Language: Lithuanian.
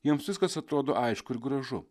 jiems viskas atrodo aišku ir gražu